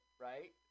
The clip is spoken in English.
right